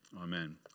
Amen